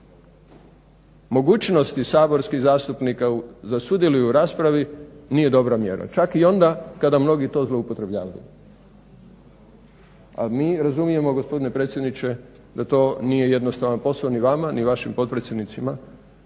mogućnosti saborskih zastupnika da sudjeluju u raspravi nije dobra mjera čak i onda kada mnogi to zloupotrebljavaju. A mi razumijemo gospodine predsjedniče da to nije jednostavan posao ni vama ni vašim potpredsjednicima